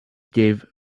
gave